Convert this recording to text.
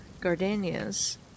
gardenias